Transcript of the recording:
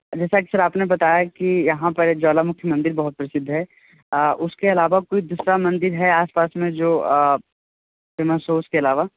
जैसा की सर आपने बताया की यहाँ पर एक ज्वालामुखी मंदिर बहुत प्रसिद्ध है उसके अलावा कोई दूसरा मंदिर है आसपास में जो सोर्स के अलावा